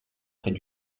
près